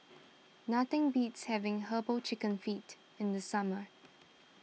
nothing beats having Herbal Chicken Feet in the summer